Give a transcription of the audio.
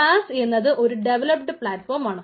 pass എന്നത് ഒരു developed പളാറ്റ്ഫോമാണ്